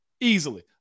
easily